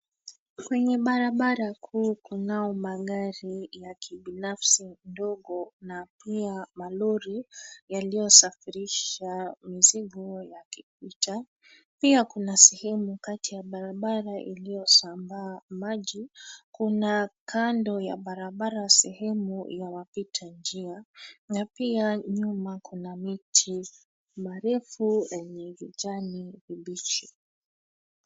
Kwenye barabara kuu kunao magari ya kibifasi ndogo na pia malori yaliyo safirisha mizigo yakipita. Pia kuna sehemu kati ya barabara iliyosambaa maji. Kuna kando ya barabara sehemu ya wapita njia na pia nyuma kuna miti marefu yenye kijani kibichi.